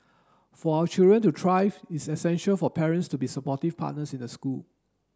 for our children to thrive it's essential for parents to be supportive partners in the school